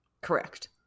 Correct